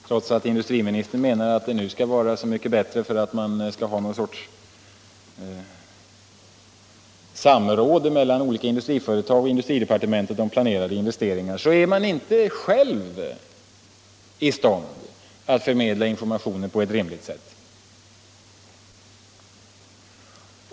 Trots att industriministern menar att det skall bli så mycket bättre därför att man skall ha något slags samråd mellan olika företag och industridepartementet om planerade investeringar, är man inte själv i stånd att förmedla informationer på ett rimligt sätt.